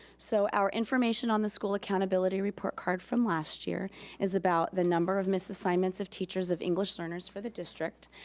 so our information on the school accountability report card from last year is about the number of misassignments of teachers of english learners for the district.